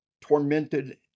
tormented